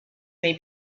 may